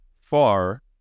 far